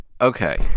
Okay